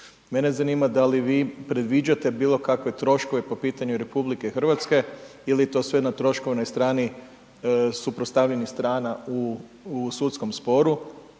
Mene zanima da li vi predviđate bilokakve troškove po pitanju ili je to sve na troškovnoj strani suprotstavljenih strana u sudskom sporu.